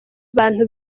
bantu